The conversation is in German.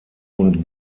und